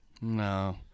No